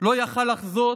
לא יכול היה לחזות